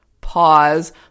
Pause